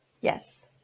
Yes